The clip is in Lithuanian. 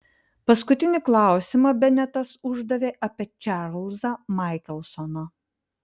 paskutinį klausimą benetas uždavė apie čarlzą maikelsoną